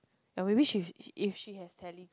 or maybe she is if she has tele